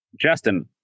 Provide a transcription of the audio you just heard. Justin